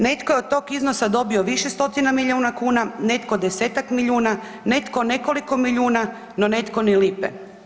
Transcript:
Netko je od tog iznosa dobio više stotina miliona kuna, netko desetak miliona, netko nekoliko milijuna, no netko ni lipe.